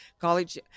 college